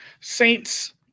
Saints